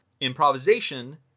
Improvisation